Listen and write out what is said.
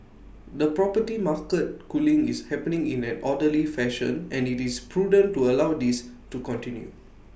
the property market cooling is happening in an orderly fashion and IT is prudent to allow this to continue